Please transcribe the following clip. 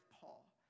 Paul